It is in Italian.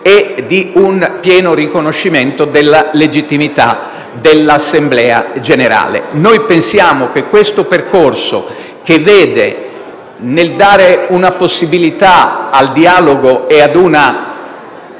e di un pieno riconoscimento della legittimità dell'Assemblea nazionale. Noi pensiamo che questo percorso che vuole dare una possibilità al dialogo e ad una